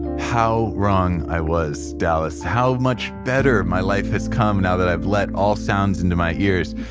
how wrong i was, dallas. how much better my life has come now that i've let all sounds into my ears.